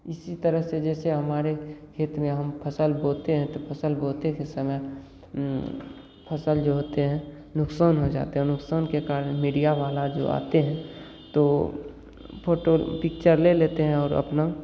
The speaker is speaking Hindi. इसी तरह से जैसे हमारे खेत में हम फसल बोते हैं तो फसल बोते के समय फसल जो होते हैं नुकसान हो जाते हैं नुकसान के कारण मीडिया वाला जो आते हैं तो फोटो पिक्चर ले लेते हैं और अपना